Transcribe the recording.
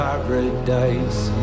paradise